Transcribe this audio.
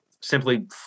simply